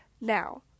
Now